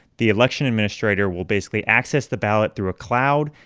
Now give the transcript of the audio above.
the election administrator will basically access the ballot through a cloud,